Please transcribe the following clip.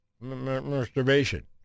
masturbation